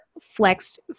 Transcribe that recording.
flexed